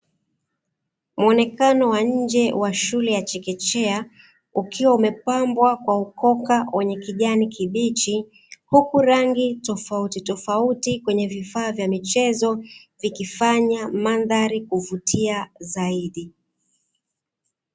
Muonekano wa nje wa shule ya chekechea ukiwa umepambwa kwa ukoka wa rangi ya kijani kibichi, huku rangi tofauti tofauti kwenye vifaa vya michezo vikifanya mandhari kuvutia zaidi.